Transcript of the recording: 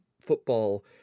football